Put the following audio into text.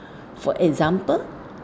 for example